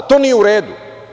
To nije u redu.